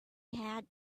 had